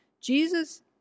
Jesus